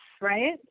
right